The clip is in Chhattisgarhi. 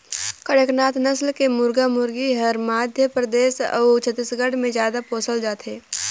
कड़कनाथ नसल के मुरगा मुरगी हर मध्य परदेस अउ छत्तीसगढ़ में जादा पोसल जाथे